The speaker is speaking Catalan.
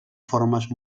formes